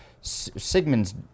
Sigmund's